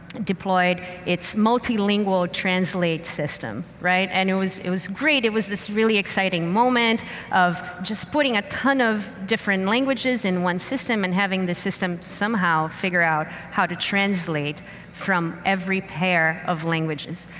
deployed its multi-lingual translate system, right? and it was it was great. it was this really exciting moment of just putting a ton of different languages in one system and having the system somehow figure out how to translate from every pair of languages.